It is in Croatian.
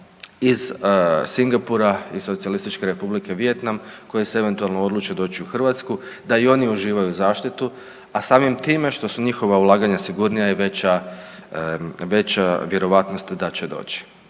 iz Singapura i SR Vijetnam koje se eventualno odluče doći u Hrvatsku da i oni uživaju zaštitu, a samim time što su njihova ulaganja sigurnija i veća, veća vjerojatnost da će doći.